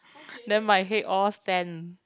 then my head all sand